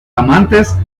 amantes